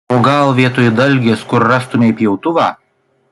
o gal vietoj dalgės kur rastumei pjautuvą